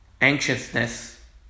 anxiousness